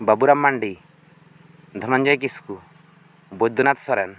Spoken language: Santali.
ᱵᱟᱹᱵᱩᱨᱟᱢ ᱢᱟᱱᱰᱤ ᱫᱷᱚᱱᱚᱱᱡᱚᱭ ᱠᱤᱥᱠᱩ ᱵᱚᱭᱫᱚᱱᱟᱛᱷ ᱥᱚᱨᱮᱱ